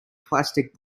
plastic